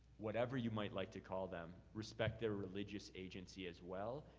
whatever you might like to call them, respect their religious agency as well,